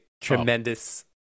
tremendous